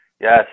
Yes